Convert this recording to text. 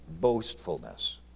Boastfulness